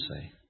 say